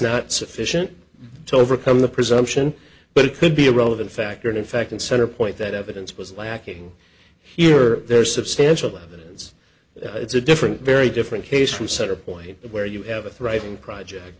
not sufficient to overcome the presumption but it could be a relevant factor in fact in centrepoint that evidence was lacking here there's substantial evidence that it's a different very different case from center point where you have a thriving